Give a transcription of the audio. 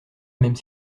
même